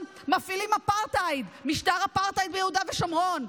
מפעילים משטר אפרטהייד ביהודה ושומרון,